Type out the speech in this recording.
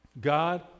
God